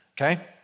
Okay